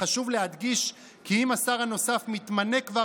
חשוב להדגיש כי אם השר נוסף מתמנה כבר